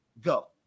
go